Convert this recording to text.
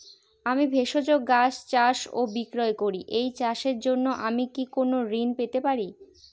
আমি ভেষজ গাছ চাষ ও বিক্রয় করি এই চাষের জন্য আমি কি কোন ঋণ পেতে পারি?